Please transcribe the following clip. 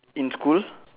in school